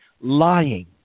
lying